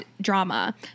drama